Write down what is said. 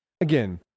again